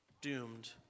doomed